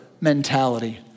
mentality